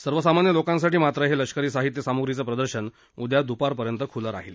सर्वसामान्य लोकांसाठी मात्र हे लष्करी साहित्य सामुग्रीचं प्रदर्शन उद्या दुपारपर्यंत खुलं राहील